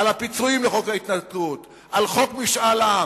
על הפיצויים לחוק ההתנתקות, על חוק משאל עם,